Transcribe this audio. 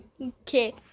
Okay